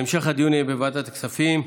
המשך הדיון יהיה בוועדת הכספים.